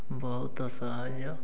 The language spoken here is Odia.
ବହୁତ ସହଜ